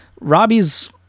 Robbie's